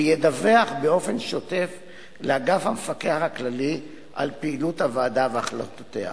וידווח באופן שוטף לאגף המפקח הכללי על פעילות הוועדה והחלטותיה.